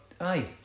Aye